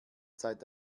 zeit